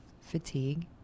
fatigue